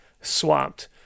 swamped